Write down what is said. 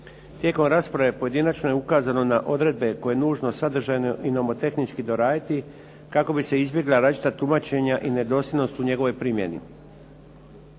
Tijekom rasprave pojedinačno je ukazano na odredbe koje je nužno sadržajno i nomotehnički doraditi, kako bi se izbjegla različita tumačenja i nedosljednost u njegovoj primjeni.